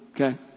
Okay